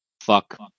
fuck